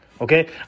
Okay